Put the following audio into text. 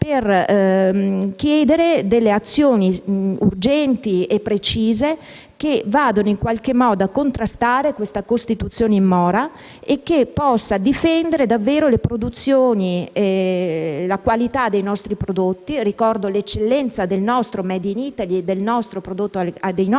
europea - azioni urgenti e precise che vadano a contrastare questa costituzione in mora e che possano difendere davvero le produzioni e la qualità dei nostri prodotti. Ricordo l'eccellenza del nostro *made in Italy* e dei nostri prodotti